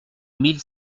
mille